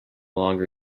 longer